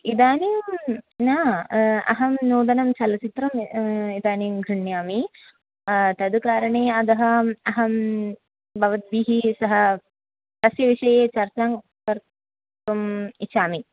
इदानीं न अहं नूतनं चलच्चित्रम् इदानीं गृह्णामि तद् कारणे अतः अहं भवद्भिः सह तस्य विषये चर्चां कर्तुम् इच्छामि